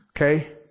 Okay